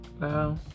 Wow